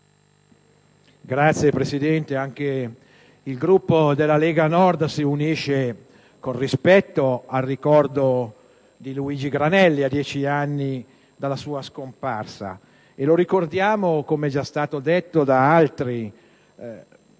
Signor Presidente, anche il Gruppo della Lega Nord si unisce con rispetto al ricordo di Luigi Granelli a dieci anni dalla sua scomparsa. Lo ricordiamo - è già stato detto da altri